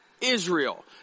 Israel